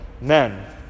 men